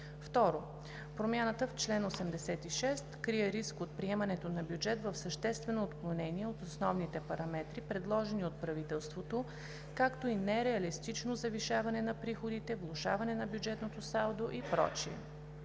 2. Промяната в чл. 86 крие риск от приемането на бюджет в съществено отклонение от основните параметри, предложени от правителството, както и нереалистично завишаване на приходите, влошаване на бюджетното салдо и